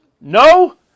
No